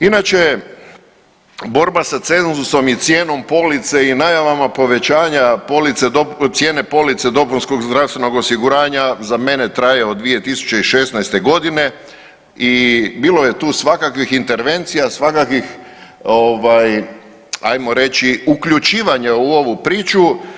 Inače borba sa cenzusom i cijenom police i najavama povećanja cijene police dopunskog zdravstvenog osiguranja za mene traje od 2016. godine i bilo je tu svakakvih intervencija, svakakvih hajmo reći uključivanja u ovu priču.